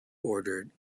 ordered